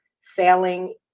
failing